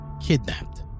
kidnapped